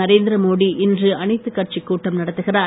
நரேந்திர மோடி இன்று அனைத்து கட்சி கூட்டம் நடத்துகிறார்